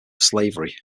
slavery